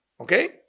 Okay